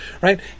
Right